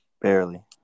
barely